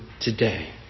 today